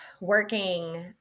Working